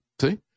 See